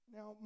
Now